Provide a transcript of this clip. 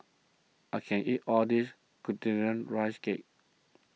I can't eat all this Glutinous Rice Cake